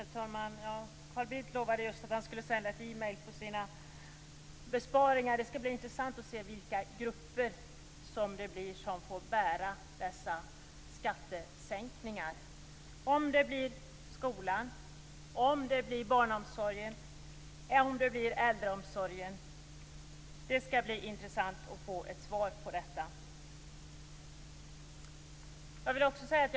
Herr talman! Carl Bildt lovade just att han skulle sända ett e-mail om sina besparingar. Det skall bli intressant att se vilka grupper som får bära dessa skattesänkningar. Blir det skolan, barnomsorgen eller äldreomsorgen? Det skall bli intressant att få ett svar på den frågan.